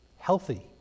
healthy